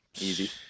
easy